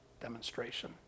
demonstration